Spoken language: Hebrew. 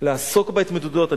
לעסוק בהתמודדויות.